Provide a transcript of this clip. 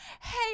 hey